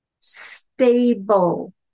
stable